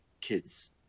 kids